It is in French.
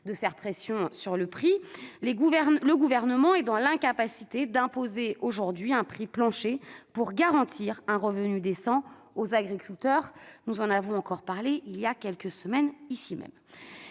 de faire pression sur les prix, le Gouvernement est dans l'incapacité d'imposer un prix plancher pour garantir un revenu décent aux agriculteurs. Nous en avons encore débattu il y a quelques semaines ici.